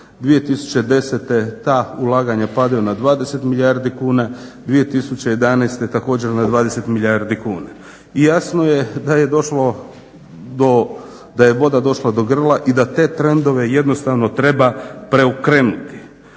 2010. ta ulaganja padaju na 20 milijardi kuna, 2011. također na 20 milijardi kuna. I jasno je da je došlo do, da je voda došla do grla i da te trendove jednostavno treba preokrenuti.